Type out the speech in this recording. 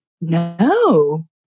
no